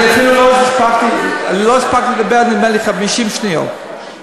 לא הספקתי לדבר, נדמה לי, 50 שניות.